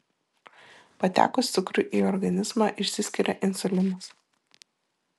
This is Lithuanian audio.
patekus cukrui į organizmą išsiskiria insulinas